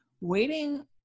waiting